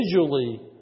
visually